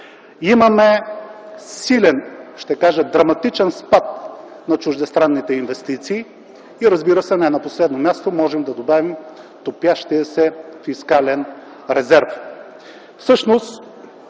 Имаме силен, ще кажа – драматичен спад на чуждестранните инвестиции, и разбира се, не на последно място можем да добавим топящия се фискален резерв.